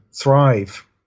thrive